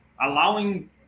allowing